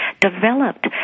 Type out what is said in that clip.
developed